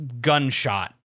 gunshot